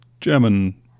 German